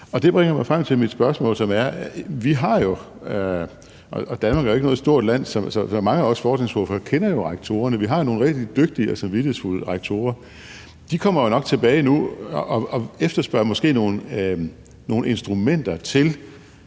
Det bringer mig frem til mit spørgsmål. Danmark er ikke noget stort land, så mange af os forskningsordførere kender jo rektorerne. Vi har nogle rigtig dygtige og samvittighedsfulde rektorer. De kommer jo nok tilbage nu og efterspørger måske nogle instrumenter til